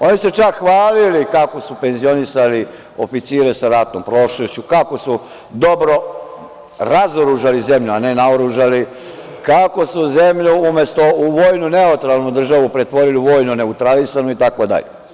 Oni su se čak hvalili kako su penzionisali oficire sa ratnom prošlošću, kako su dobro razoružali zemlju, a ne naoružali, kako su zemlju umesto u vojno neutralnu državu, pretvorili u vojno neutralisanu, itd.